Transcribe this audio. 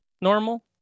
Normal